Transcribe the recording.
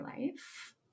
life